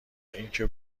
اینکه